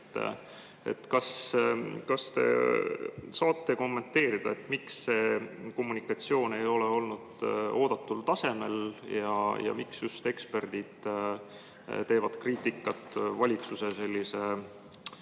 Kas te saate kommenteerida, miks kommunikatsioon ei ole olnud oodatud tasemel ja miks eksperdid teevad kriitikat valitsuse